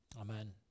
Amen